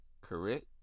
correct